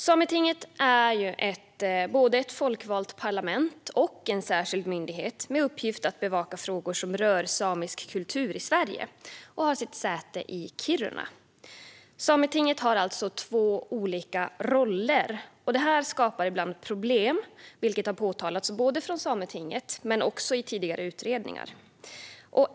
Sametinget är både ett folkvalt parlament och en särskild myndighet med uppgift att bevaka frågor som rör samisk kultur i Sverige. Det har sitt säte i Kiruna. Sametinget har alltså två olika roller. Detta skapar ibland problem, vilket har påtalats både av Sametinget och i tidigare utredningar.